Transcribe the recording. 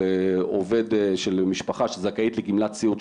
של עובד של משפחה שזכאית לגמלת סיעוד,